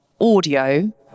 audio